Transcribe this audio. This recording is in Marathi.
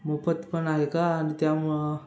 मोफत पण आहे का आणि त्यामुळं